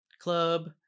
club